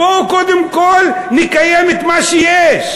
בואו קודם כול נקיים את מה שיש.